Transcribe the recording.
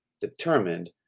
determined